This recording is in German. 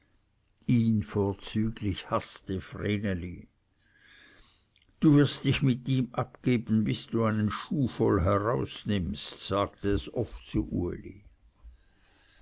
ihn vorzüglich haßte vreneli du wirst dich mit ihm abgeben bis du einen schuh voll herausnimmst sagte es oft zu